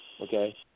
okay